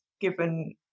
given